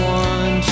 one